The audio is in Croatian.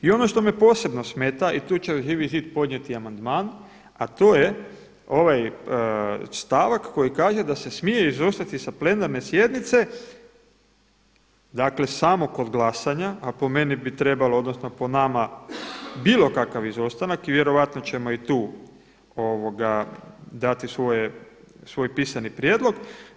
I ono što me posebno smeta i tu će Živi zid podnijeti amandman a to je ovaj stavak koji kaže da se smije izostati sa plenarne sjednice, dakle samo kod glasanja, a po meni bi trebalo odnosno po nama bilo kakav izostanak i vjerojatno ćemo i tu dati svoj pisani prijedlog.